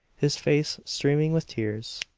his face streaming with tears.